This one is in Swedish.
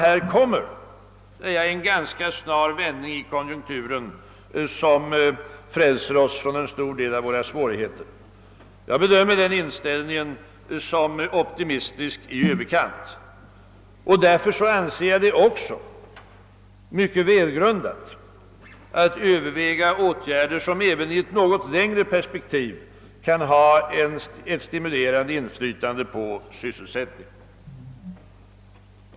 Jag kan inte dela hans starka tro på en snar vändning i konjunkturen som frälser oss från våra svårigheter. Därför anser jag det mycket välgrundat att överväga åtgärder, vilka, sedda i ett något längre perspektiv, kan ha ett stimulerande in flytande på sysselsättningen.